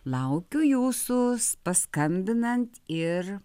laukiu jūsų paskambinant ir